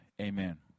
amen